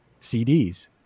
CDs